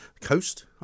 Coast